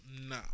no